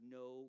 no